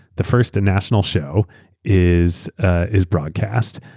the first national show is ah is broadcast.